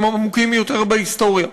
הם עמוקים יותר בהיסטוריה.